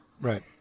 Right